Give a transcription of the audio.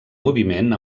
moviment